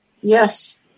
Yes